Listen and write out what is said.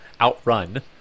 OutRun